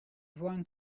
one